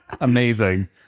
amazing